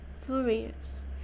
Furious